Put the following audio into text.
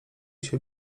się